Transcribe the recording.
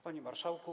Panie Marszałku!